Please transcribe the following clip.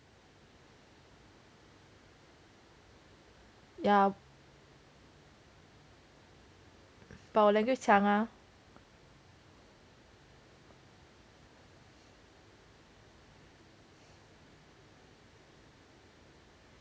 but 我 language 强啊